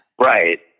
Right